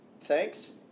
thanks